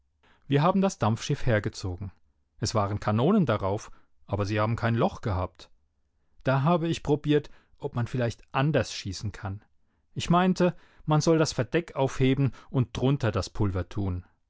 wir haben das dampfschiff hergezogen es waren kanonen darauf aber sie haben kein loch gehabt da habe ich probiert ob man vielleicht anders schießen kann ich meinte man soll das verdeck aufheben und drunter das pulver tun